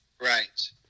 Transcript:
Right